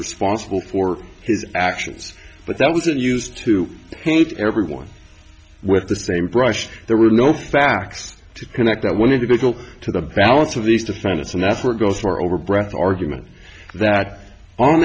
responsible for his actions but that wasn't used to paint everyone with the same brush there were no facts to connect i wanted to go to the balance of these defendants and that's what goes for over a breath argument that on